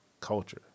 culture